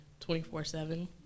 24-7